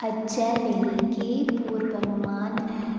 अज्जै लेई केह् पूर्वानुमान है